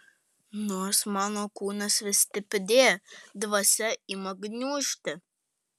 nors mano kūnas vis stiprėja dvasia ima gniužti